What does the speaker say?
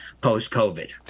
post-COVID